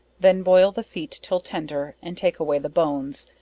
then boil the feet till tender, and take away the bones,